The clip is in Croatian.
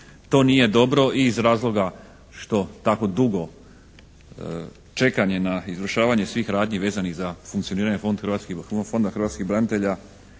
To nije dobro iz razloga što tako dugo čekanje na izvršavanje svih radnji vezanih za funkcioniranje Fonda hrvatskih branitelja